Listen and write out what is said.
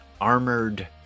armored